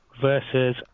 versus